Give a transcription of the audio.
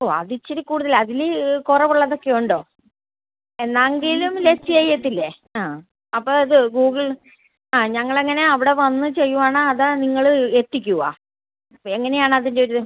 ഓ അത് ഇത്തിരി കൂടുതലാണ് അതിൽ കുറവുള്ളതൊക്കെ ഉണ്ടോ എന്നെങ്കിലും ലെസ് ചെയ്യത്തില്ലേ ആ അപ്പോൾ അത് ഗൂഗിൾ ആ ഞങ്ങൾ അങ്ങനെ അവിടെ വന്ന് ചെയ്യുവാണോ അതോ നിങ്ങൾ എത്തിക്കുമോ എങ്ങനെയാണ് അതിൻ്റെ ഒരു